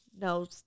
no